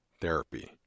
Therapy